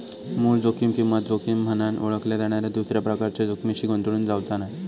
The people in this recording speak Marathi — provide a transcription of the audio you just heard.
मूळ जोखीम किंमत जोखीम म्हनान ओळखल्या जाणाऱ्या दुसऱ्या प्रकारच्या जोखमीशी गोंधळून जावचा नाय